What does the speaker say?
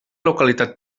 localitat